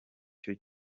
cyo